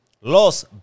Los